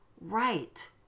right